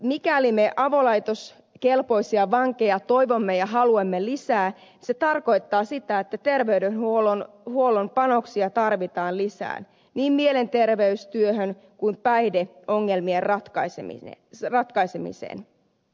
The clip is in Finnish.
mikäli me avolaitoskelpoisia vankeja toivomme ja haluamme lisää se tarkoittaa sitä että terveydenhuollon panoksia tarvitaan lisää niin mielenterveystyöhön kuin päihdeongelmien ratkaisemiseen